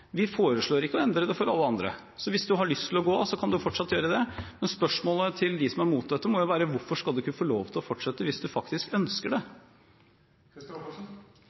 Vi foreslår ikke å endre det for alle andre. Hvis man har lyst til å gå, kan man fortsatt gjøre det. Men spørsmålet til dem som er mot dette, må være: Hvorfor skal man ikke få lov til å fortsette hvis man faktisk ønsker det?